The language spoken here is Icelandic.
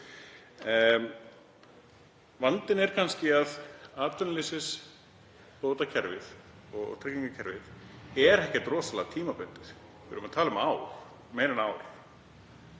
Vandinn er kannski að atvinnuleysisbótakerfið og tryggingakerfið er ekkert rosalega tímabundið. Við erum að tala um ár, meira en ár.